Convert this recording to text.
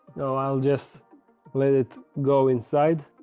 no, i'll just let it go inside